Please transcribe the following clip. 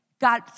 God